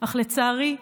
אך לצערי,